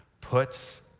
puts